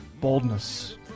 boldness